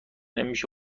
نمیشه